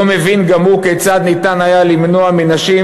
לא מבין גם הוא כיצד ניתן היה למנוע מנשים